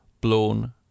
blown